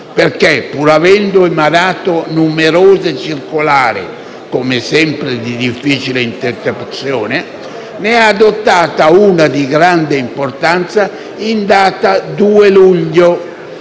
perché, pur avendo emanato numerose circolari (come sempre di difficile interpretazione), ne ha adottata una di grande importanza in data 2 luglio